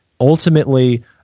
ultimately